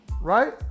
right